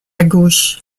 gauche